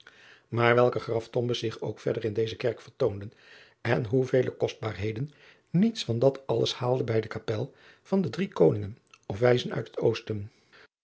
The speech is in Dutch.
ijnslager graftombes zich ook verder in deze kerk vertoonden en hoe vele kostbaarheden niets van dat alles haalde bij de kapel van de rie oningen of ijzen uit het osten